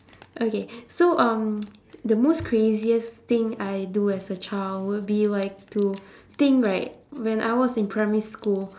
okay so um the most craziest thing I do as a child will be like to think right when I was in primary school